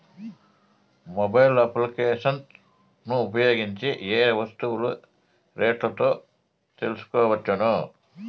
Mobile applications ను ఉపయోగించి ఏ ఏ వస్తువులు రేట్లు తెలుసుకోవచ్చును?